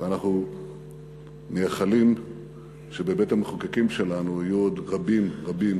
ואנחנו מייחלים שבבית-המחוקקים שלנו יהיו עוד רבים רבים